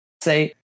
say